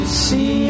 see